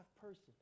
person